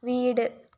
വീട്